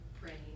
praying